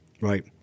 Right